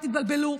אל תתבלבלו,